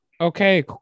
okay